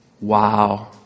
wow